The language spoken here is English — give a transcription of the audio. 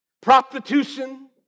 prostitution